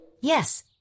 Yes